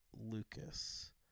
Lucas